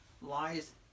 lies